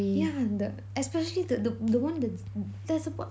yeah the especially the the the one the there's a what